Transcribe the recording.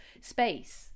space